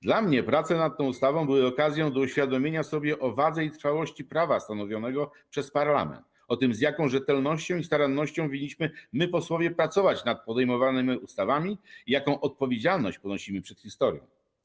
Dla mnie prace nad tą ustawą były okazją do uświadomienia sobie wagi i trwałości prawa stanowionego przez parlament, tego, z jaką rzetelnością i starannością winniśmy my, posłowie, pracować nad podejmowanymi ustawami i jaką odpowiedzialność ponosimy przed historią.